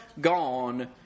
gone